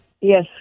Yes